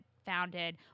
founded